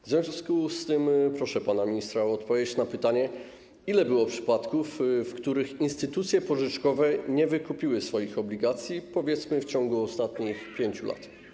W związku z tym proszę pana ministra o odpowiedź na pytanie, ile było przypadków, w których instytucje pożyczkowe nie wykupiły swoich obligacji w ciągu ostatnich, powiedzmy, 5 lat.